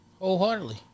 wholeheartedly